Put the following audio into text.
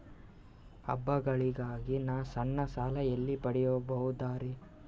ಹಬ್ಬಗಳಿಗಾಗಿ ನಾ ಸಣ್ಣ ಸಾಲ ಎಲ್ಲಿ ಪಡಿಬೋದರಿ?